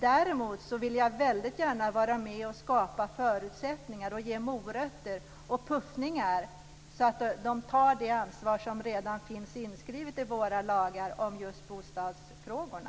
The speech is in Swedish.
Däremot vill jag väldigt gärna vara med och skapa förutsättningar och ge morötter och puffar så att de tar det ansvar som redan finns inskrivet i våra lagar om just bostadsfrågorna.